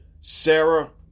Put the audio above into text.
Sarah